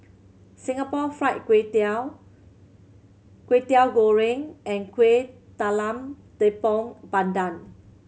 Singapore Fried Kway Tiao Kwetiau Goreng and Kueh Talam Tepong Pandan